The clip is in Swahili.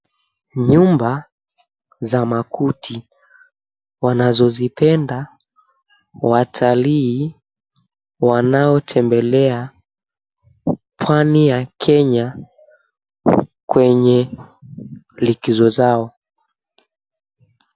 Nyumba za makuti wanazozipenda watalii wanaotembelea pwani ya Kenya kwenye likizo zao.